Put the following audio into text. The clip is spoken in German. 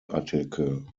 artikel